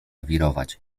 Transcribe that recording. wirować